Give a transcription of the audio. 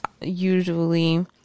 usually